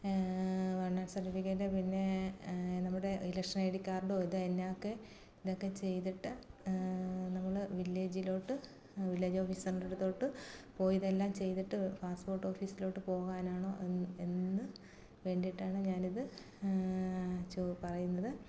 one an certificate പിന്നേ നമ്മുടെ election I D കാർഡോ ഇതോ എന്നാ ഒക്കെ ഇതൊക്കെ ചെയ്തിട്ട് നമ്മൾ വില്ലേജിലോട്ട് വില്ലേജ് ഓഫീസറിൻ്റെ അടുത്തോട്ട് പോയി ഇതെല്ലാം ചെയ്തിട്ട് പാസ്പോർട്ട് ഓഫീസിലോട്ട് പോകാനാണോ എന്ന് വേണ്ടിയിട്ടാണ് ഞാനിത് പറയുന്നത്